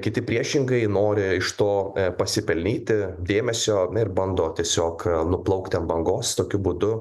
kiti priešingai nori iš to pasipelnyti dėmesio ir bando tiesiog nuplaukti ant bangos tokiu būdu